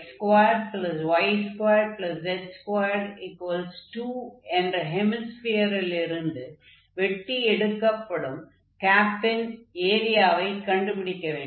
x2y2z22 என்ற ஹெமிஸ்பியரிலிருந்து வெட்டி எடுக்கப்படும் கேப்பின் ஏரியாவைக் கண்டுபிடிக்க வேண்டும்